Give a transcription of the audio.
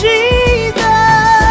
Jesus